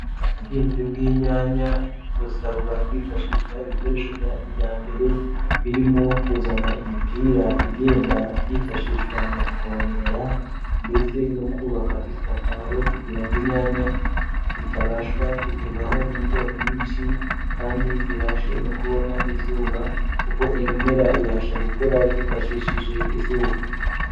Ubuhinzi bw'inyanya busabwa kwifashisha ibikoresho bya kijyambere, birimo kuzana imipira igenda yifashishwa mu kuvomera ndetse no kubaka isakaro kugira inyanya zitabashwa kugerwaho n'imvura nyinshi kandi zibashe no kubona izuba, kuko ibimera bibasha gukura byifashishije izuba.